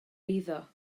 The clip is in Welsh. eiddo